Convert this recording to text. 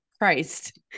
Christ